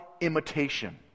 imitation